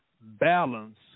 balance